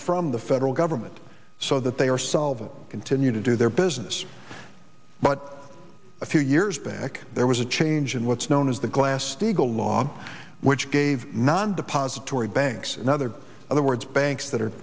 from the federal government so that they are solvent continue to do their business but a few years back there was a change in what's known as the glass steagall law which gave non depository banks and other other words banks that